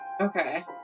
Okay